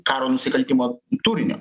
karo nusikaltimo turinio